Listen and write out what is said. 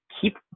Keep